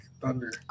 Thunder